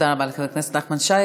תודה רבה לחבר הכנסת נחמן שי.